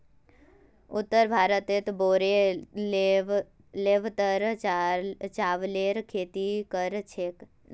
उत्तर भारतत बोरो लेवलत चावलेर खेती कर छेक